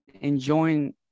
enjoying